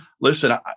Listen